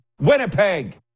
Winnipeg